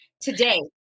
today